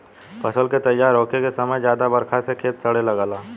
फसल के तइयार होखे के समय ज्यादा बरखा से खेत सड़े लागेला